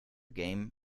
game